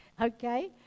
Okay